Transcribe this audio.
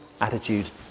attitude